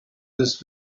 this